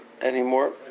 anymore